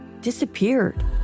disappeared